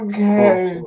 Okay